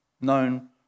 known